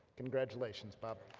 congratulations bob!